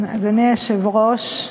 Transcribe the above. אדוני היושב-ראש,